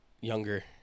younger